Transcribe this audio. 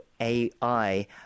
AI